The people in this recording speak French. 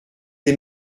des